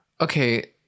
Okay